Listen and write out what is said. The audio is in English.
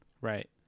right